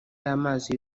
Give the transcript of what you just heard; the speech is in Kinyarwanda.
y’amazi